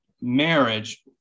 marriage